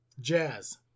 Jazz